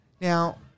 now